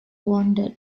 wounded